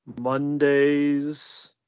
Mondays